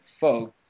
folks